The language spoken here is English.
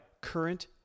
current